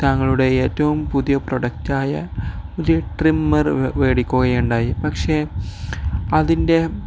താങ്കളുടെ ഏറ്റവും പുതിയ പ്രൊഡക്റ്റായ പുതിയ ട്രിമ്മർ മേടിക്കുകയുണ്ടായി പക്ഷെ അതിൻ്റെ